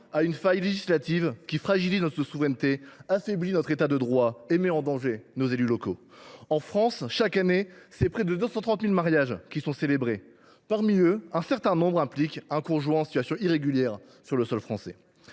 à une faille législative qui fragilise notre souveraineté, affaiblit notre État de droit et met en danger nos élus locaux. Chaque année, près de 230 000 mariages sont célébrés dans notre pays. Un certain nombre d’entre eux implique un conjoint en situation irrégulière sur le sol français.